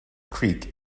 creek